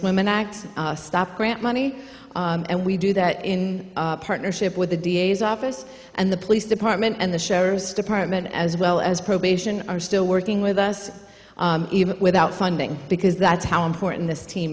women act stop grant money and we do that in partnership with the d a s office and the police department and the sheriff's department as well as probation are still working with us even without funding because that's how important this team